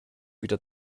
wieder